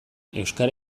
euskara